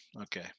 Okay